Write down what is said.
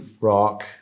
rock